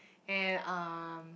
and um